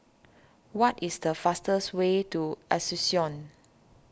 what is the fastest way to Asuncion